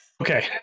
Okay